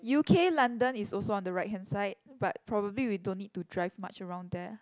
U_K London is also on the right hand side but probably we don't need to drive much around there